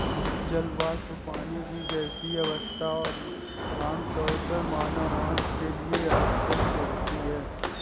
जल वाष्प, पानी की गैसीय अवस्था, आमतौर पर मानव आँख के लिए अदृश्य होती है